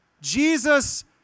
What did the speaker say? Jesus